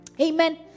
Amen